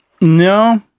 No